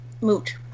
moot